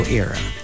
era